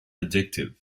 addictive